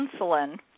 insulin